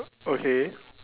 okay